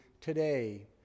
today